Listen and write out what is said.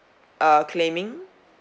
uh claiming